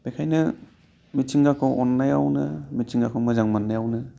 बेनिखायनो मिथिंगाखौ अननायावनो मिथिंगाखौ मोजां मोननायावनो